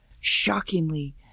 Shockingly